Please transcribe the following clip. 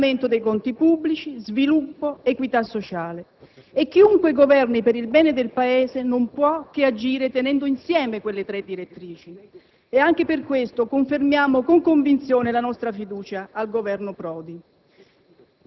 risanamento dei conti pubblici, sviluppo, equità sociale. Chiunque governi per il bene del Paese non può che agire tenendo insieme quelle tre direttrici. Anche per questo confermiamo con convinzione la nostra fiducia al Governo Prodi.